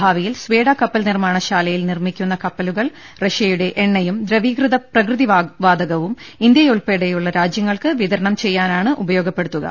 ഭാവി യിൽ സ്വേഡ കപ്പൽ നിർമാണ ശാലയിൽ നിർമിക്കുന്ന കപ്പലു കൾ റഷ്യയുടെ എണ്ണയും ദ്രവീകൃത പ്രകൃതിവാതകവും ഇന്ത്യ യുൾപ്പെടെ ലോകരാജ്യങ്ങൾക്ക് വിതരണം ചെയ്യാനാണ് ഉപയോ ഗപ്പെടുത്തുക